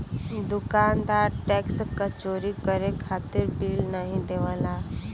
दुकानदार टैक्स क चोरी करे खातिर बिल नाहीं देवला